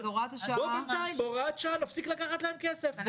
בוא בינתיים בהוראת שעה נפסיק לקחת להם כסף.